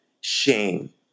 shame